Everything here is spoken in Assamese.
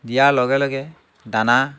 দিয়া লগে লগে দানা